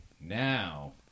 now